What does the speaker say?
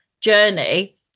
journey